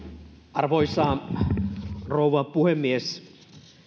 arvoisa rouva puhemies